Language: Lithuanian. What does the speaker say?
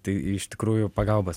tai iš tikrųjų pagalbos